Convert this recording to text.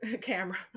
camera